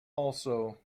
also